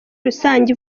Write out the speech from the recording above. rusange